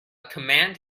command